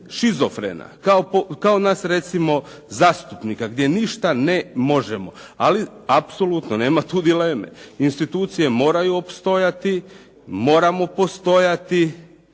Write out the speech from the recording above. šizofrena, kao nas recimo zastupnika gdje ništa ne možemo, ali apsolutno nema tu dileme. Institucije moraju opstojati, moramo postojati